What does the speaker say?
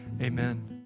amen